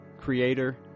creator